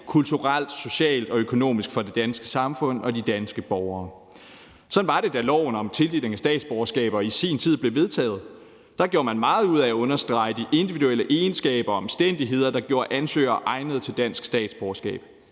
kulturelt, socialt og økonomisk for det danske samfund og de danske borgere. Sådan var det, da loven om tildeling af statsborgerskaber i sin tid blev vedtaget. Der gjorde man meget ud af at understrege de individuelle egenskaber og omstændigheder, der gjorde ansøgere egnede til dansk statsborgerskab.